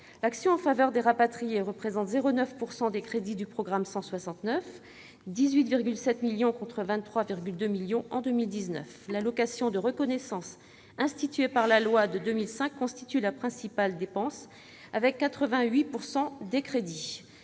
L'action en faveur des rapatriés représente 0,9 % des crédits du programme 169, soit 18,7 millions d'euros contre 23,2 millions en 2019. L'allocation de reconnaissance, instituée par loi de 2005, constitue la principale dépense avec 88 % des crédits.